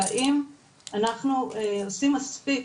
והאם אנחנו עושים מספיק,